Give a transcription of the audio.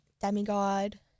demigod